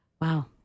Wow